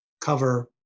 cover